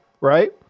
Right